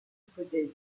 hypothèse